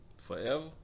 forever